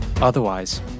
Otherwise